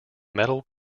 metal